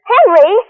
Henry